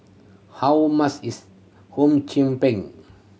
how much is Hum Chim Peng